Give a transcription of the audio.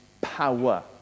power